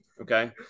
Okay